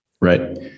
Right